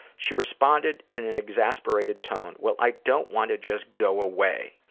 she responded in an exasperated tone, well i don't want to just go away.